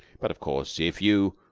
but, of course, if you.